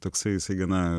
toksai jisai gana